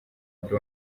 mbere